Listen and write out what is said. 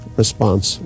response